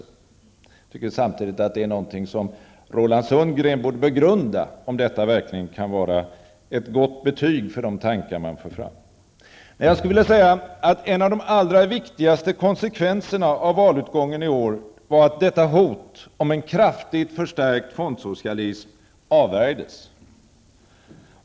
Jag tycker samtidigt att det är något som Roland Sundgren borde begrunda, nämligen om detta verkligen kan vara ett gott betyg för de tankar som förs fram. En av de allra viktigaste konsekvenserna av valutgången i år var att detta hot om kraftigt förstärkt fondsocialism avvärjdes.